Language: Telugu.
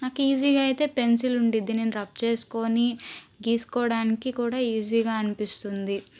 నాకు ఈజీగా అయితే పెన్సిల్ ఉండిద్ది నేను రబ్ చేసుకొని గీసు కోవడానికి కూడా ఈజీగా అనిపిస్తుంది